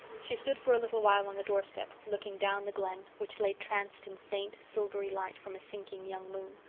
she stood for a little while on the doorstep, looking down the glen, which lay tranced in faint, silvery light from a sinking young moon.